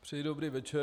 Přeji dobrý večer.